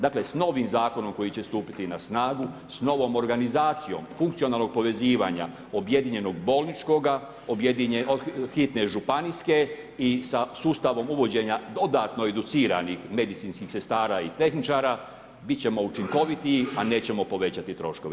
Dakle, s novim Zakonom koji će stupiti na snagu, s novom organizacijom, funkcionalnog povezivanja objedinjenog bolničkoga, hitne županijske i sa sustavom uvođenja dodatno educiranih medicinskih sestara i tehničara, biti ćemo učinkovitiji, a nećemo povećati troškove.